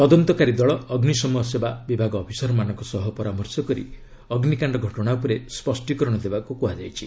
ତଦନ୍ତକାରୀ ଦଳ ଅଗ୍ନିଶମ ସେବା ବିଭାଗ ଅଫିସରମାନଙ୍କ ସହ ପରାମର୍ଶ କରି ଅଗ୍ନିକାଣ୍ଡ ଘଟଣା ଉପରେ ସ୍ୱଷ୍ଟିକରଣ ଦେବାକୁ କୁହାଯାଇଛି